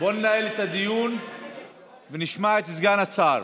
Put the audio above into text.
בוא ננהל את הדיון ונשמע את סגן השר.